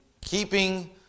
keeping